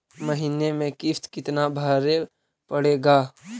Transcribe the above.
महीने में किस्त कितना भरें पड़ेगा?